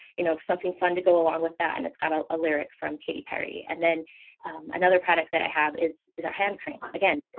you know, something fun to go along with that. and it's got a lyric from katy perry. and then another product that i have is, is our hand cream. again,